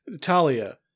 Talia